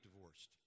divorced